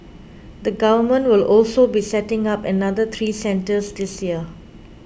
the Government will also be setting up another three centres this year